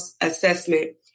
assessment